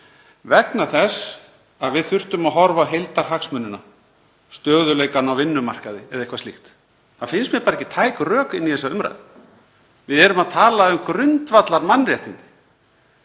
vegna þess að við þurftum að horfa á heildarhagsmunina, stöðugleikann á vinnumarkaði eða eitthvað slíkt. Það finnst mér bara ekki tæk rök inn í þessa umræðu. Við erum að tala um grundvallarmannréttindi